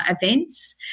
events